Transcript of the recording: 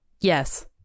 yes